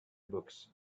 books